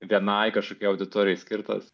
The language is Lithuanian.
vienai kažkokiai auditorijai skirtas